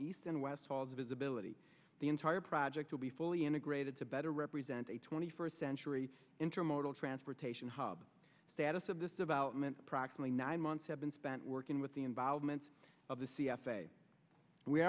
east and west falls visibility the entire project will be fully integrated to better represent a twenty first century intermodal transportation hub status of this development approximately nine months have been spent working with the involvement of the